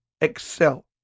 excel